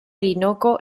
orinoco